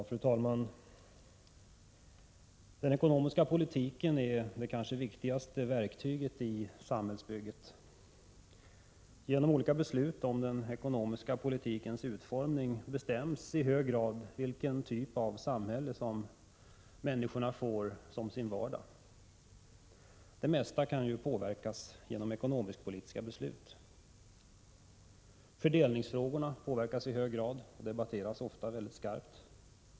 Fru talman! Den ekonomiska politiken är det viktigaste verktyget i samhällsbygget. Genom olika beslut om den ekonomiska politikens utformning bestäms i hög grad vilken typ av samhälle människorna får som sin vardag. Det mesta påverkas genom ekonomisk-politiska beslut: — Fördelningsfrågorna påverkas i hög grad och debatteras ofta skarpt.